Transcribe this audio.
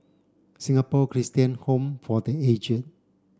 Singapore Christian Home for The Aged